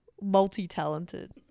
Multi-talented